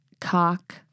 cock